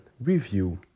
review